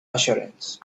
assurance